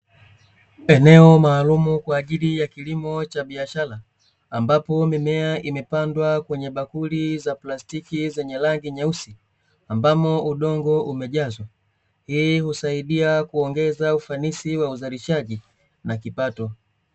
Eneo maalumu kwa ajili ya kilimo cha biashara, ambapo mimea imepandwa kwenye bakuli za plastiki zenye rangi nyeusi, ambamo udongo umejazwa, hii husaidia kuongeza ufanisi wa uzalishaji na kipato.